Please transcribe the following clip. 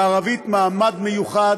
לערבית מעמד מיוחד,